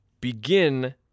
begin